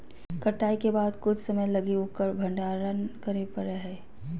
कटाई के बाद कुछ समय लगी उकर भंडारण करे परैय हइ